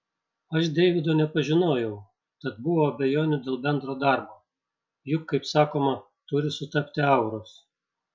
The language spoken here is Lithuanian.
aš deivido nepažinojau tad buvo abejonių dėl bendro darbo juk kaip sakoma turi sutapti auros